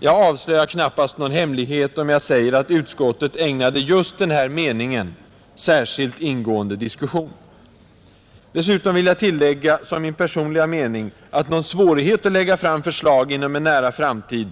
Jag avslöjar knappast någon hemlighet om jag säger att utskottet ägnade just den här meningen en särskilt ingående diskussion. Dessutom vill jag tillägga som min personliga mening att någon svårighet att lägga fram förslag inom en nära framtid